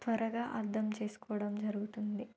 త్వరగా అర్థం చేసుకోవడం జరుగుతుంది